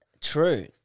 True